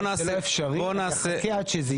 אם זה לא אפשרי, אני אחכה עד שזה יקרה.